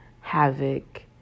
havoc